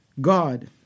God